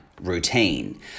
routine